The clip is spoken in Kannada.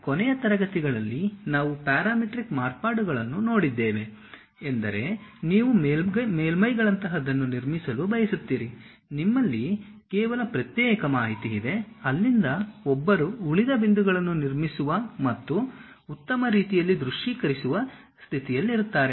ಕೊನೆಯ ತರಗತಿಗಳಲ್ಲಿ ನಾವು ಪ್ಯಾರಾಮೀಟ್ರಿಕ್ ಮಾರ್ಪಾಡುಗಳನ್ನು ನೋಡಿದ್ದೇವೆ ಎಂದರೆ ನೀವು ಮೇಲ್ಮೈಗಳಂತಹದನ್ನು ನಿರ್ಮಿಸಲು ಬಯಸುತ್ತೀರಿ ನಿಮ್ಮಲ್ಲಿ ಕೇವಲ ಪ್ರತ್ಯೇಕ ಮಾಹಿತಿ ಇದೆ ಅಲ್ಲಿಂದ ಒಬ್ಬರು ಉಳಿದ ಬಿಂದುಗಳನ್ನು ನಿರ್ಮಿಸುವ ಮತ್ತು ಉತ್ತಮ ರೀತಿಯಲ್ಲಿ ದೃಶ್ಯೀಕರಿಸುವ ಸ್ಥಿತಿಯಲ್ಲಿರುತ್ತಾರೆ